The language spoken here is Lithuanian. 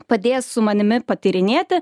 padės su manimi patyrinėti